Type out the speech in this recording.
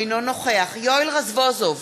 אינו נוכח יואל רזבוזוב,